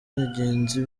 bagenzi